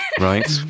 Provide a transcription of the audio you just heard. right